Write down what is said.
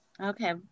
Okay